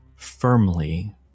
firmly